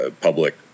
public